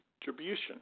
distribution